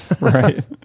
Right